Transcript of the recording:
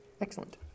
excellent